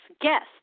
guest